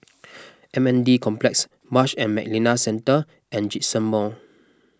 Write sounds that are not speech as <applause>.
<noise> M N D Complex Marsh and McLennan Centre and Djitsun Mall